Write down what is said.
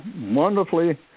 wonderfully